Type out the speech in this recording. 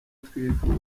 twifuza